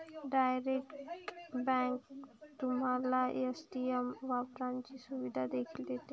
direct bank तुम्हाला ATM वापरण्याची सुविधा देखील देते